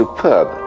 Superb